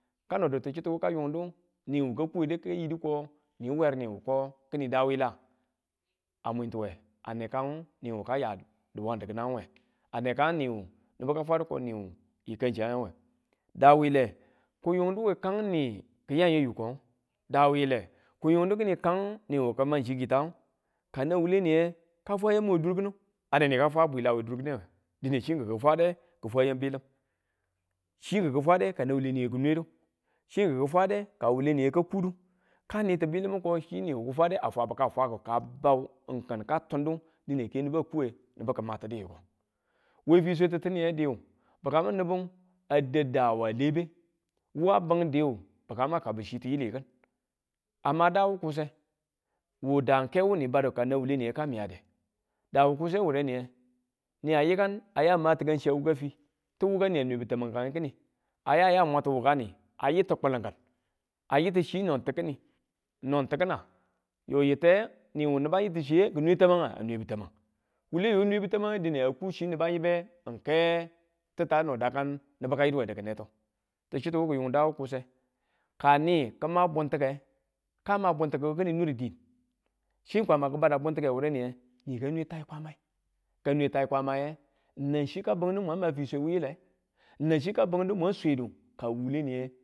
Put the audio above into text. Kanodu tichiti ka yindu, niyu ka kuyede kayidu ko niwu ni wer niwu ko kini daa wuyila? a mwntuye, ane kangu niwu kaya diya diwang dikinangu we, ane kangu niwu nibu ka fwadu ko niwu ka̱ngchiyang we, daa wuyile kiyun we kangu ni ki̱yanyayikong daa wuyile, kiyun we kangu ni kimang chikitange, ka nang wule niye ka fwa yamu we dur kinu a ne nika fwa bwila we durkine, dine chi ki̱nku fwade ki̱fwa yam biyilim chi kiki fwade ka nan wule niye chi kin ni fwade, kanan wule niye ka kudu ka nitu biyilim ko chi niyu ka fwade a fwabu ka fwaku ka bau n kin ka tundu dine ke niba kuwe nibu kimatudu yiko we fiswe tittiniye diwu bikamu nibu a da̱d daa lebe wu a bing diwu bikamu a kabu chitiyile kin a ma daa wu kuse wu daa n ke wu ni bade ka nan wule niye ka miyade daa wu kuse wureniye ni a yikan a ma tikan chi a wuka fi titu niyang nwebu tamang kan yi kini a ya ya mwatu wuka ayitu kulin ki̱n a yitu chi no ti̱kine no ti̱kina? yo yitee, niwu niba yiti chiye ki nwe tamanga? a nwebu tamang, wule yo a nwe tamangdine a ku chi niba yibe n ke titta no a dakan nibu ka yidu we di̱kinetu chittu wu ki yung daa wu kuse ka ni kima buntike ka ma buntike kin nur diin chi kwama kibada buntike wureye ni ka nwe tai kwamayi ka nwe tai kwamaye nang chi ka bungdu mwang ma fiswe wuyile, nang chi ka bungdu mwang ma sedu ka wule niye.